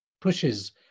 pushes